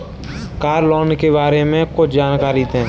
Car loan के बारे में कुछ जानकारी दें?